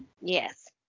Yes